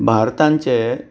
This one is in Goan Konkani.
भारतांचे